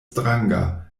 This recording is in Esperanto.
stranga